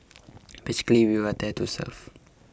basically you are there to serve